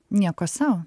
nieko sau